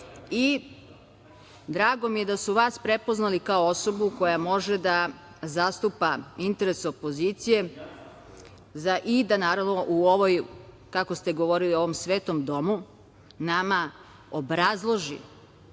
i drago mi je da su vas prepoznali kao osobu koja može da zastupa interes opozicije i da naravno u ovoj, kako ste govorili, svetom domu nama obrazloži